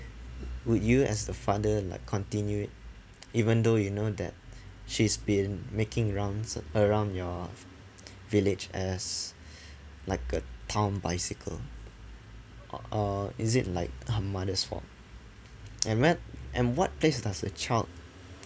would you as the father like continue it even though you know that she's been making rounds around your village as like a town bicycle or is it like her mother's fault and met~ and what place does a child